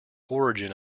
origin